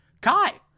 Kai